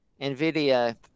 Nvidia